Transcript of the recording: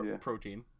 protein